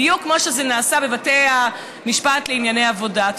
בדיוק כמו שזה נעשה בבתי המשפט לענייני עבודה.